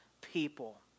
people